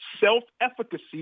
self-efficacy